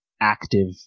active